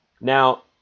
Now